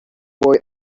boy